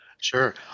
Sure